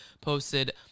posted